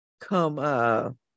Come